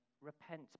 repent